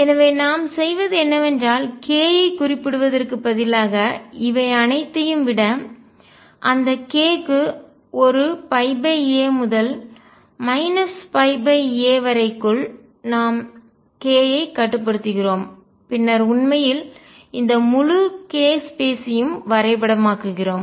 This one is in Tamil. எனவே நாம் செய்வது என்னவென்றால் k ஐக் குறிப்பிடுவதற்குப் பதிலாக இவை அனைத்தையும் விட இந்த k க்கு ஒரு a முதல் a வரை க்குள் நாம் k ஐ கட்டுப்படுத்துகிறோம் பின்னர் உண்மையில் இந்த முழு k ஸ்பேஸ்யும் இடத்தையும் வரைபடமாக்குகிறோம்